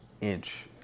inch